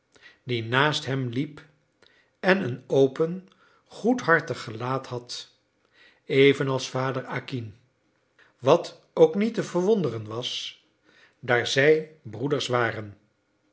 die naast hem liep en een open goedhartig gelaat had evenals vader acquin wat ook niet te verwonderen was daar zij broeders waren